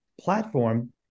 platform